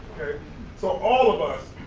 so, all of us,